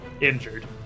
injured